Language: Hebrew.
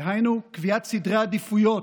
דהיינו קביעת סדרי עדיפויות,